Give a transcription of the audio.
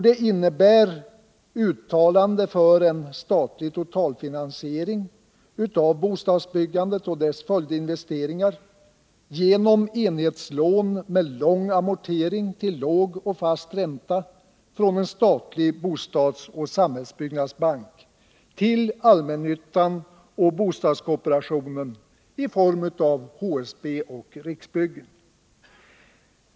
Det innebär ett uttalande för en statlig totalfinansiering av bostadsbyggandet och dess följdinvesteringar — genom enhetslån med lång amorteringstid till låg och fast ränta från en statlig bostadsoch samhällsbyggnadsbank till allmännyttan och bostadskooperationen i form av HSB och Riksbyggen.